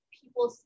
people